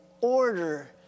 order